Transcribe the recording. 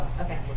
okay